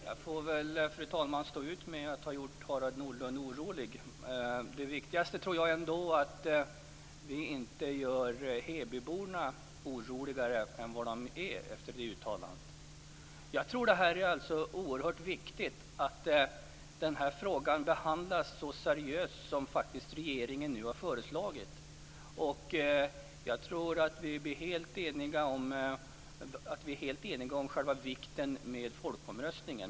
Fru talman! Jag får väl stå ut med att ha gjort Harald Nordlund orolig. Det viktigaste tror jag ändå är att vi inte gör Hebyborna oroligare än de redan är efter det uttalandet. Jag tror alltså att det är oerhört viktigt att den här frågan behandlas så seriöst som regeringen nu faktiskt har föreslagit. Jag tror att vi är helt eniga när det gäller själva vikten med folkomröstningen.